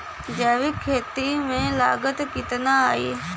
जैविक खेती में लागत कितना आई?